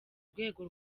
rwego